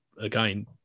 again